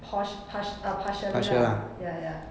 pors~ par~ ah partially lah ya ya